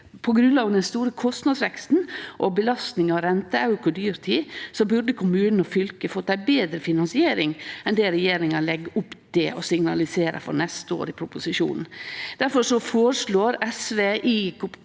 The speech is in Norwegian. på grunnlag av den store kostnadsveksten og belastninga frå renteauke og dyrtid burde kommunen og fylket fått ei betre finansiering enn det regjeringa legg opp til og signaliserer for neste år i proposisjonen. Difor føreslår SV i